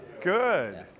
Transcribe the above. good